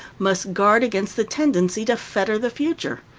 must guard against the tendency to fetter the future.